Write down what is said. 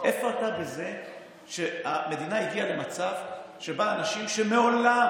איפה אתה בזה שהמדינה הגיעה למצב שבו אנשים שמעולם